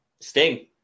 Sting